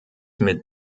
mit